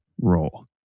role